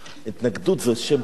"התנגדות" זה שם קוד.